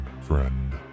friend